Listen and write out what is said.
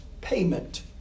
payment